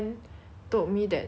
has been suspended leh